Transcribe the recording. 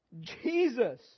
Jesus